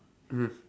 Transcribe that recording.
mm